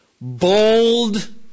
bold